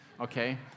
okay